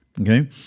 okay